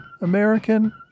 American